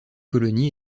colonie